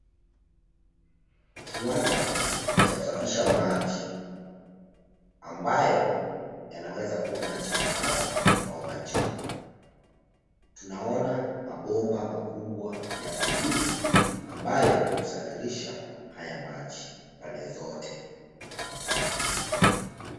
Kiwanda cha kusafisha maji ambayo yanaweza kuwa maji masafi au machafu. Tunaona mabomba makubwa ya bluu ambayo husafirisha haya maji pande zote.